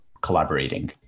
collaborating